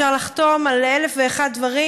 אפשר לחתום על אלף ואחד דברים,